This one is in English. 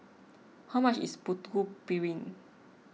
how much is Putu Piring